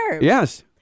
Yes